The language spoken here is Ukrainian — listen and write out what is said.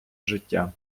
життя